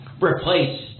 replace